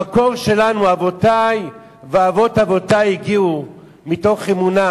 המקום שלנו, אבותי ואבות אבותי הגיעו מתוך אמונה,